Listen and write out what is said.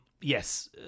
yes